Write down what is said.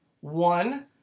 One